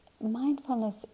Mindfulness